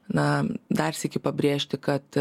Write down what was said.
na dar sykį pabrėžti kad